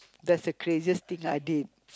that's the craziest thing I did